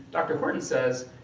dr. horton says,